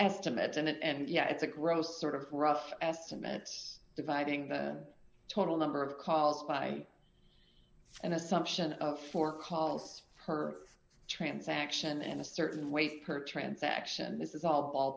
estimate and yeah it's a gross sort of rough estimates dividing the total number of calls by an assumption of four calls perth transaction and a certain weight per transaction this is all ball